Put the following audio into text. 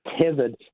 tethered